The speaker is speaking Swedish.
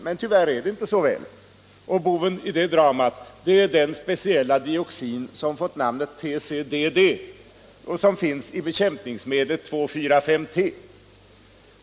Men tyvärr är det inte så väl, och boven i dramat är den särskilda dioxin som fått namnet TCDD och som finns i bekämpningsmedlet 2,4,5-T.